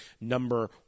number